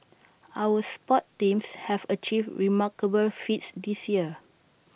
our sports teams have achieved remarkable feats this year